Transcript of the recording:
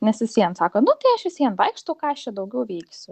nes vis vien sako nu tai aš vis vien vaikštau ką aš čia daugiau veiksiu